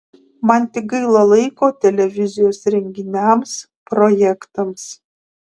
man tik gaila laiko televizijos renginiams projektams